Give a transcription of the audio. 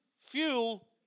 fuel